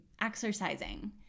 exercising